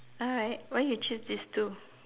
alright why you choose these two